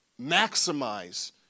maximize